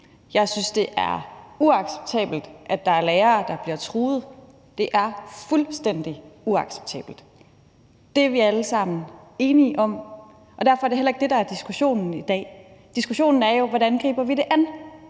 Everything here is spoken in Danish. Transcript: Jeg synes, det er uacceptabelt, at der er lærere, der bliver truet. Det er fuldstændig uacceptabelt. Det er vi alle sammen enige om. Derfor er det heller ikke det, der er diskussionen i dag. Diskussionen er: Hvordan griber vi det an?